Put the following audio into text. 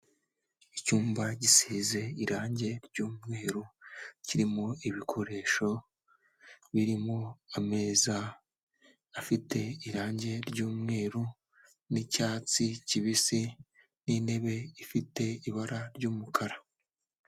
Icyumba gisize irange ry'umweru, kirimo ibikoresho birimo ameza afite irange ry'umweru n'icyatsi kibisi n'intebe ifite ibara ry'umukara.